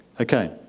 Okay